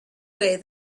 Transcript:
way